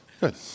Good